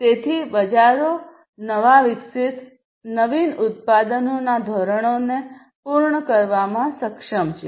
તેથી બજારો નવા વિકસિત નવીન ઉત્પાદનોના ધોરણોને પૂર્ણ કરવામાં સક્ષમ છે